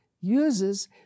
uses